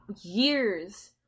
years